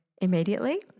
immediately